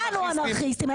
כולנו אנרכיסטים.